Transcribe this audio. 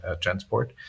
transport